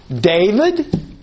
David